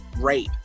rape